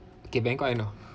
okay bangkok I know